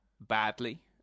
badly